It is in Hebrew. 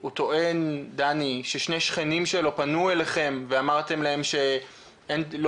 הוא טוען ששני שכנים שלו פנו אליכם ואמרתם להם שלא